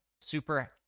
Super